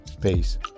Peace